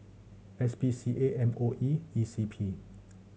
S P C A M O E E C P